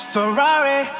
Ferrari